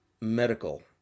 medical